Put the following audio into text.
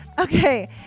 Okay